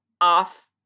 off